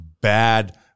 bad